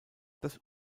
das